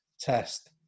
test